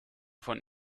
von